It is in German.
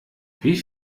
wie